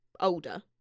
older